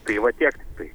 tai va tiek tiktai